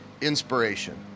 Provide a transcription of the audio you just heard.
inspiration